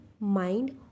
mind